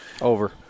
Over